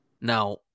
Now